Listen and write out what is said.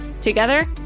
Together